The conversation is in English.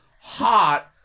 hot